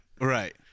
right